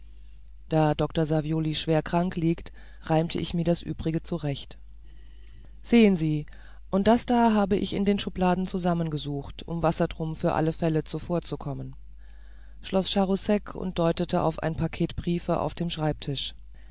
da dr savioli schwerkrank liegt reimte ich mir das übrige zurecht sehen sie und das da habe ich aus den schubladen zusammengesucht um wassertrum für alle fälle zuvorzukommen schloß charousek und deutete auf ein paket briefe auf dem schreibtisch